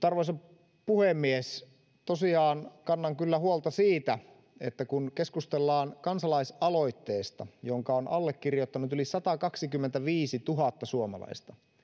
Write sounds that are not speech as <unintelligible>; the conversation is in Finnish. <unintelligible> arvoisa puhemies tosiaan kannan kyllä huolta siitä että kun keskustellaan kansalaisaloitteesta jonka on allekirjoittanut yli satakaksikymmentäviisituhatta suomalaista ja kun